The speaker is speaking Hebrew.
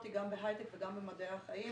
גם בהייטק וגם במדעי החיים.